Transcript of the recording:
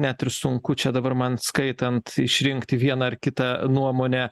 net ir sunku čia dabar man skaitant išrinkti vieną ar kitą nuomonę